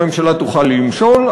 הממשלה תוכל למשול,